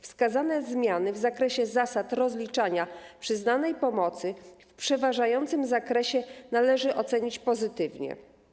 Wskazane zmiany w zakresie zasad rozliczania przyznanej pomocy w przeważającym zakresie należy ocenić pozytywnie.